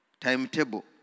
timetable